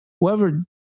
whoever